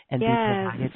Yes